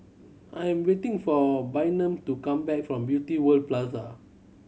I am waiting for Bynum to come back from Beauty World Plaza